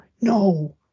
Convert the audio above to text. no